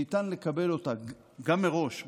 שניתן לקבל אותה גם מראש,